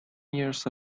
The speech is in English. years